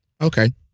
Okay